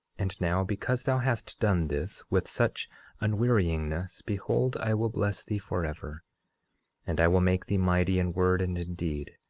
and now, because thou hast done this with such unwearyingness, behold, i will bless thee forever and i will make thee mighty in word and in deed,